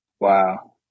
Wow